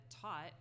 taught